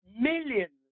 millions